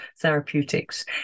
therapeutics